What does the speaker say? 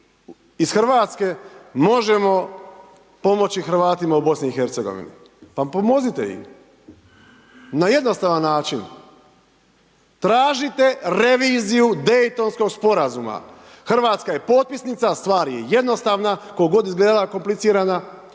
iz Hrvatske možemo pomoći Hrvatima u Bosni i Hercegovini. Pa pomozite im, na jednostavan način. Tražite reviziju Daytonskog sporazuma, Hrvatska je potpisnica, stvar je jednostavna, kol'ko god izgledala komplicirana